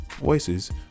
voices